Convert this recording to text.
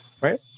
right